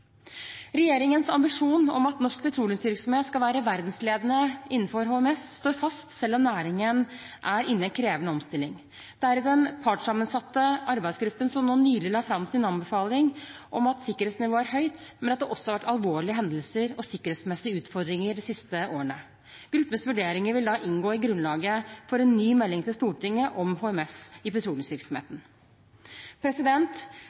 Regjeringens ambisjon om at norsk petroleumsvirksomhet skal være verdensledende innenfor HMS, står fast selv om næringen er inne i en krevende omstilling. Det er i den partssammensatte arbeidsgruppen, som nylig la fram sin anbefaling, enighet om at sikkerhetsnivået er høyt, men at det også har vært alvorlige hendelser og sikkerhetsmessige utfordringer de siste årene. Gruppens vurderinger vil inngå i grunnlaget for en ny melding til Stortinget om HMS i petroleumsvirksomheten.